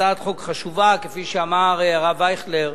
הצעת חוק חשובה, כפי שאמר הרב אייכלר,